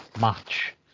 match